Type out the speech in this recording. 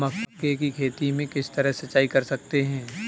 मक्के की खेती में किस तरह सिंचाई कर सकते हैं?